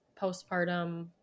postpartum